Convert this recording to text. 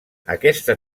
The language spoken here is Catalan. aquesta